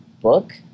book